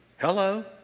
Hello